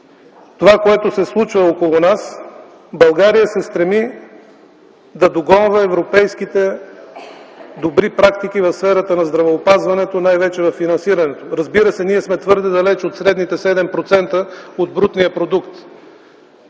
случващото се около нас, България се стреми да догонва европейските добри практики в сферата на здравеопазването и най-вече във финансирането. Разбира се, ние сме твърде далеч от средните 7% от брутния продукт.